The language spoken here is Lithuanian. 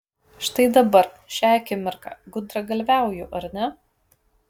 štai dabar šią akimirką gudragalviauju ar ne